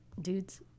Dudes